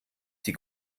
die